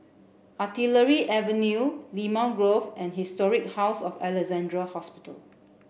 Artillery Avenue Limau Grove and Historic House of Alexandra Hospital